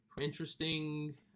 interesting